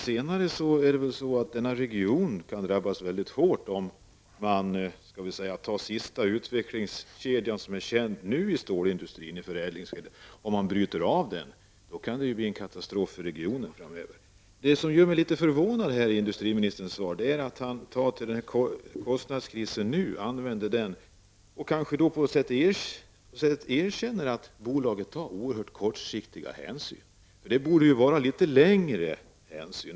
Herr talman! Denna region kan drabbas mycket hårt om den sista nu kända länken i förädlingskedjan inom stålindustrin bryts av. Det kan bli en katastrof framöver för stålindustrin i regionen. Det som gör mig litet förvånad är att industriministern i sitt svar använder kostnadskrisen som argument och ger på sätt och vis ett erkännande till att bolaget tar oerhört kortsiktiga hänsyn. Man borde ta hänsyn på litet längre sikt.